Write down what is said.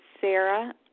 Sarah